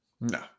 No